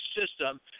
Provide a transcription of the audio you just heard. system